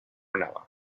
another